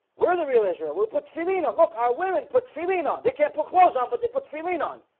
we're the real israel will put felina look our women put freely non. they can't put clothes on but they put freely non